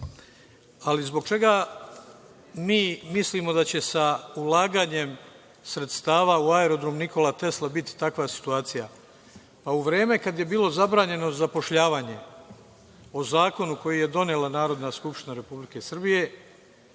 kaže. Zbog čega mi mislimo da će sa ulaganjem sredstava u Aerodrom „Nikola Tesla“ biti takva situacija? U vreme kada je bilo zabranjeno zapošljavanje, po Zakonu koji je donela Narodna skupština Republike Srbije,